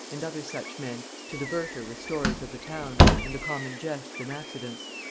and other such men, to divert her with stories of the town and the common jests and accidents.